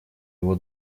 его